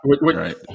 right